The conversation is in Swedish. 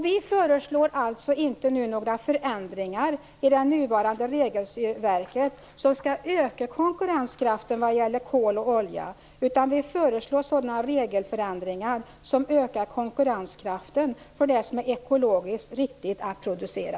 Vi föreslår nu alltså inte några förändringar i det nuvarande regelverket som skall öka konkurrenskraften när det gäller kol och olja, utan vi föreslår sådana regelförändringar som ökar konkurrenskraften för det som är ekologiskt riktigt att producera.